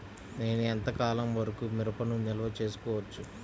నేను ఎంత కాలం వరకు మిరపను నిల్వ చేసుకోవచ్చు?